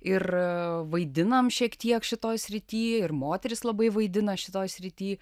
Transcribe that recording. ir vaidinam šiek tiek šitoj srity ir moterys labai vaidina šitoj srity